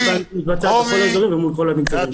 האכיפה מתבצעת בכל האזורים ובכל המגזרים.